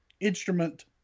instrument